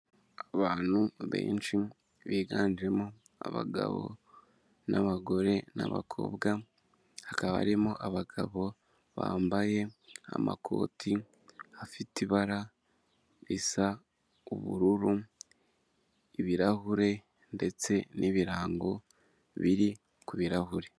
Abantu benshi biganjemo abagabo n'abagore n'abakobwa; hakaba harimo abagabo bambaye amakoti afite ibara risa ubururu, ibirahure ndetse n'ibirango biri ku birahuri.